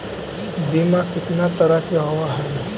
बीमा कितना तरह के होव हइ?